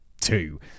two